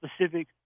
specific